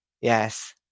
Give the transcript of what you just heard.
yes